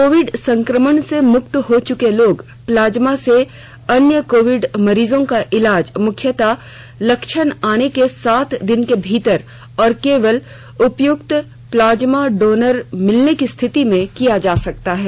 Covid संक्रमण से मुक्त हो चुके लोग के प्लाज्मा से अन्य कोविड मरीजों का इलाज मुख्यत लक्षण आने के सात दिन के भीतर और केवल उपयुक्त प्लाज्मा डोनर मिलने की स्थिति में किया जा सकता है